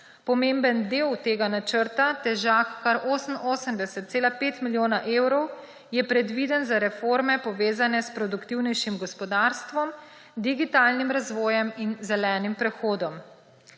Pomemben del tega načrta, težak kar 88,5 milijona evrov, je predviden za reforme, povezane s produktivnejšim gospodarstvom, digitalnim razvojem in zelenim prehodom.